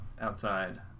outside